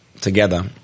together